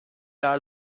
are